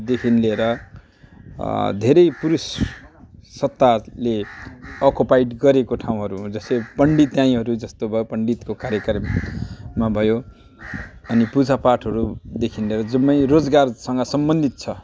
देखि लिएर धेरै पुरुष सत्ताले अक्युपाइड गरेको ठाउँहरू हो जसरी पण्डिताइहरू जस्तो भयो अब पण्डितको कार्यक्रममा भयो अनि पूजापाठहरूदेखि लिएर जम्मै रोजगारसँग सम्बन्धित छ